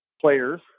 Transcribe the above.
players